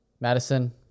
Madison